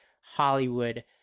Hollywood